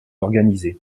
organisées